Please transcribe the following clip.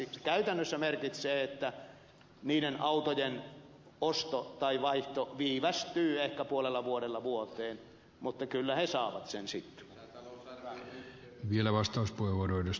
se käytännössä merkitsee sitä että niiden autojen osto tai vaihto viivästyy ehkä puolella vuodella vuodella mutta kyllä ne ostajat sen auton sitten saavat